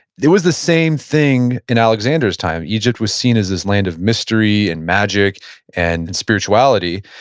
it was the same thing in alexander's time, egypt was seen as this land of mystery and magic and and spirituality.